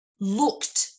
looked